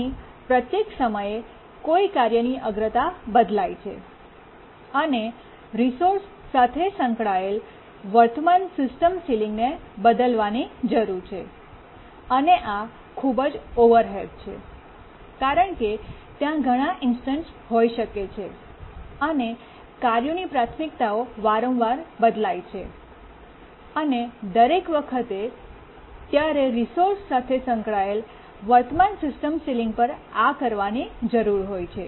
અહીં પ્રત્યેક સમયે કોઈ કાર્યની અગ્રતા બદલાય છે અને રિસોર્સ સાથે સંકળાયેલ વર્તમાન સિસ્ટમ સીલીંગને બદલવાની જરૂર છે અને આ ખૂબ જ ઓવરહેડ છે કારણ કે ત્યાં ઘણા ઇન્સ્ટન્સ હોઈ શકે છે અને કાર્યોની પ્રાથમિકતાઓ વારંવાર બદલાય છે અને દરેક વખતે ત્યારે રિસોર્સ સાથે સંકળાયેલ વર્તમાન સિસ્ટમ સીલીંગ પર આ કરવાની જરૂર હોય છે